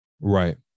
Right